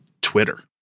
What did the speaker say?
Twitter